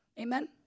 Amen